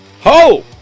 Ho